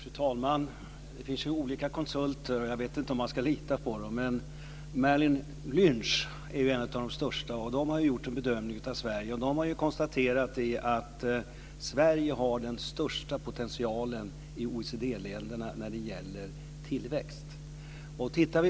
Fru talman! Det finns olika konsulter. Jag vet inte om man ska lita på dem. Merrill Lynch är ju en av de största. De har gjort en bedömning av Sverige och konstaterat att Sverige har den största potentialen i OECD-länderna när det gäller tillväxt.